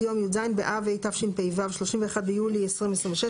יום י"ז באב התשפ"ו (31 ביולי 2026),